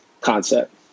concept